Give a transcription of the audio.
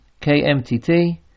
KMTT